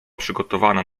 przygotowana